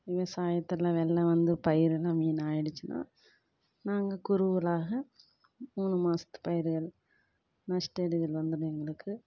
விவசாயத்தில் வெள்ளம் வந்து பயிரெல்லாம் வீணாயிடுச்சுனா நாங்கள் குருவலாக மூனு மாதத்து பயிரை நஷ்ட ஈடுகள் வந்தது எங்களுக்கு